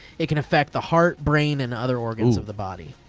it can effect the heart, brain and other organs of the body.